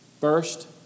First